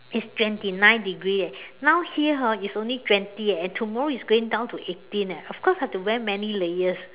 is twenty nine degrees eh now here hor is only twenty leh and tomorrow is going down to eighteen eh of course I am going to wear many layers